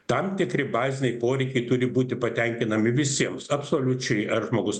tam tikri baziniai poreikiai turi būti patenkinami visiems absoliučiai ar žmogus